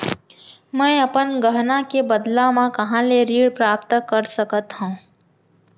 मै अपन गहना के बदला मा कहाँ ले ऋण प्राप्त कर सकत हव?